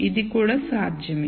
ఇది కూడా సాధ్యమే